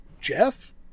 Jeff